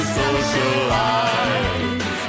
socialize